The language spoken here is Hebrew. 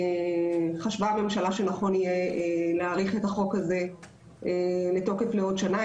חשבה הממשלה שנכון יהיה להאריך את החוק הזה בעוד שנה,